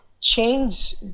change